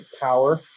power